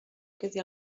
quedi